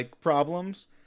problems